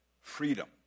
freedom